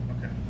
Okay